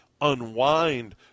unwind